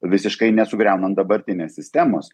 visiškai nesugriaunant dabartinės sistemos